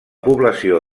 població